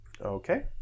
Okay